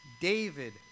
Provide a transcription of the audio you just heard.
David